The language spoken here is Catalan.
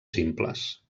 simples